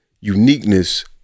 uniqueness